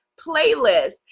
playlist